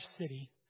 city